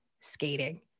skating